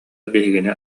биһигини